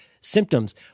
symptoms